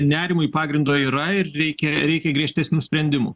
nerimui pagrindo yra ir reikia reikia griežtesnių sprendimų